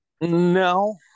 no